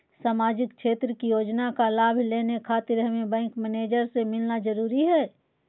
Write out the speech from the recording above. सामाजिक क्षेत्र की योजनाओं का लाभ लेने खातिर हमें बैंक मैनेजर से मिलना जरूरी है?